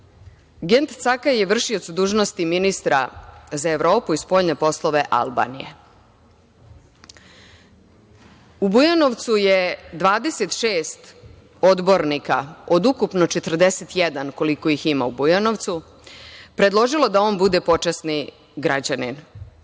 Gent Cakaj, koji je vršio dužnosti ministra za Evropu i spoljne poslove Albanije. U bujanovcu je 26 odbornika, od ukupno 41 koliko ih ima u Bujanovcu, predložio da on bude počasni građanin